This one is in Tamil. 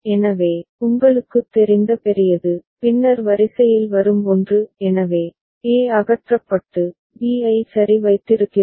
எனவே உங்களுக்குத் தெரிந்த பெரியது பின்னர் வரிசையில் வரும் ஒன்று எனவே e அகற்றப்பட்டு b ஐ சரி வைத்திருக்கிறது